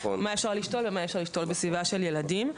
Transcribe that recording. של מה אפשר ומה אי אפשר לשתול בסביבה של ילדים.